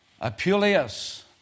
Apuleius